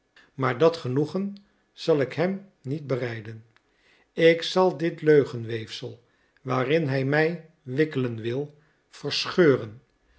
maar dat genoegen zal ik hem niet bereiden ik zal dit leugenweefsel waarin hij mij wikkelen wil verscheuren